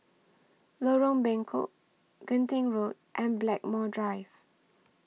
Lorong Bengkok Genting Road and Blackmore Drive